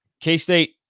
K-State